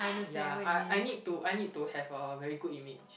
ya I I need to I need to have a very good image